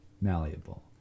malleable